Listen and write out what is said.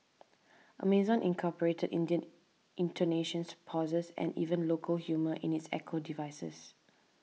Amazon incorporated Indian intonations pauses and even local humour in its Echo devices